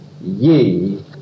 ye